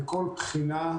וכל בחינה,